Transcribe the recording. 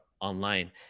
online